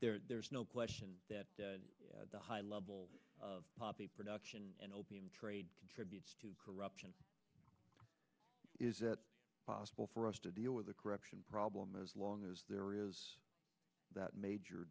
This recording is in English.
there is no question that the high level poppy production in opium trade contributes to corruption is it possible for us to deal with the corruption problem as long as there is that major